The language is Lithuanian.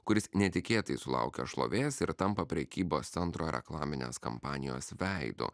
kuris netikėtai sulaukia šlovės ir tampa prekybos centro reklaminės kampanijos veidu